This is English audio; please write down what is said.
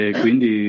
quindi